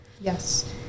yes